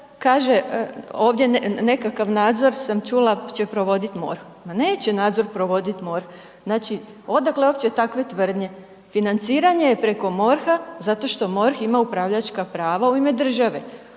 kaže ovdje nekakav nadzor sam čula će provoditi MORH, ma neće nadzor provoditi MORH, znači odakle uopće takve tvrdnje. Financiranje je preko MORH-a zato što MORH ima upravljačka prava u ime države,